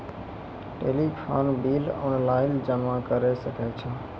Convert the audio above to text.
Telephone bill online जमा करै सकै छौ?